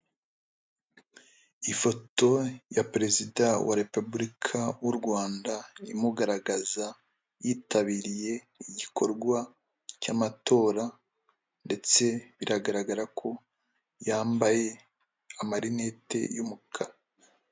Ifoto ya perezida wa repubulika w'u Rwanda imugaragaza yitabiriye igikorwa cy'amatora, ndetse biragaragara ko yambaye amarinete y'umukara.